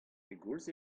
pegoulz